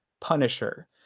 Punisher